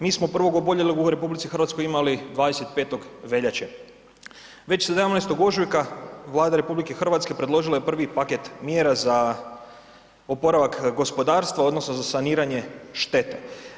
Mi smo prvog oboljelog u RH imali 25. veljače, već 17. ožujka Vlada RH predložila je prvi paket mjera za oporavak gospodarstva odnosno za saniranje štete.